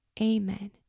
Amen